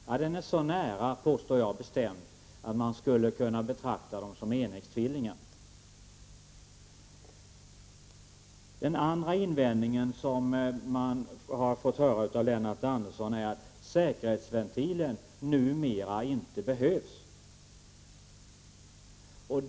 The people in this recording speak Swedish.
Jag påstår bestämt att den är så nära att man skulle kunna betrakta dessa två som enäggstvillingar. Den andra invändningen man får höra från Lennart Andersson är att säkerhetsventilen numera inte behövs.